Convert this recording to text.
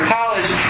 college